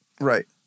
Right